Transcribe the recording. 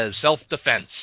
self-defense